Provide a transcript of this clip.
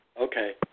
Okay